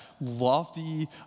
lofty